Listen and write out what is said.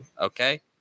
Okay